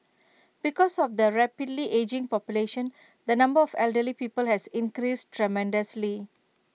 because of the rapidly ageing population the number of elderly people has increased tremendously